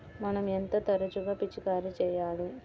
మనం ఎంత తరచుగా పిచికారీ చేయాలి?